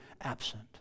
absent